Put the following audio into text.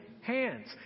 hands